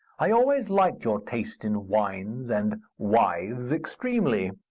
i always liked your taste in wines and wives extremely.